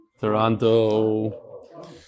Toronto